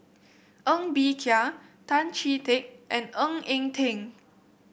Ng Bee Kia Tan Chee Teck and Ng Eng Teng